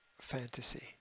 fantasy